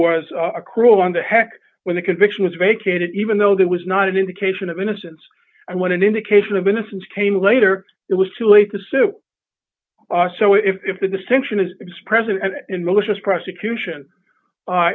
was a crew on the hack when the conviction was vacated even though that was not an indication of innocence and when an indication of innocence came later it was too late to sue us so if the distinction is expressive in malicious prosecution